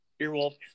Earwolf